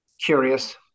curious